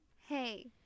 hey